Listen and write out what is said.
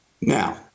Now